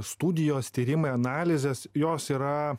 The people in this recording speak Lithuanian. studijos tyrimai analizės jos yra